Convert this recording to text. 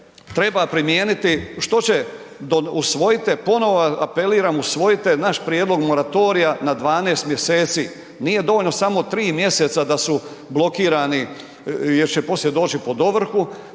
treba primijeniti, što će, usvojite ponovo apeliram usvojite naš prijedlog moratorija na 12 mjeseci. Nije dovoljno samo 3 mjeseca da su blokirani jer će poslije doći pod ovrhu,